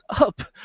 up